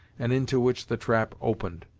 and into which the trap opened.